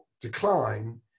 decline